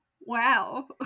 Wow